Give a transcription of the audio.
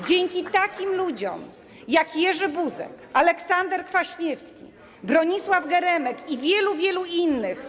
Dzięki takim ludziom, jak Jerzy Buzek, Aleksander Kwaśniewski, Bronisław Geremek i wielu, wielu innych.